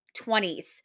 20s